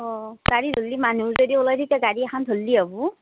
অঁ গাড়ী ধৰলি মানুহো যদি ওলাই তেতিয়া গাড়ী এখন ধৰলি হ'ব